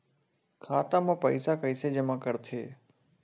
खाता म पईसा कइसे जमा करथे?